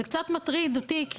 זה קצת מטריד אותי.